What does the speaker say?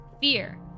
Fear